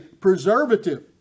preservative